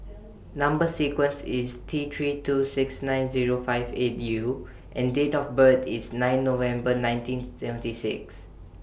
Number sequence IS T three two six nine Zero five eight U and Date of birth IS ninth November nineteen seventy six